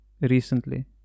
recently